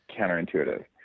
counterintuitive